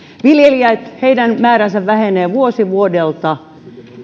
viljelijöiden määrä vähenee vuosi vuodelta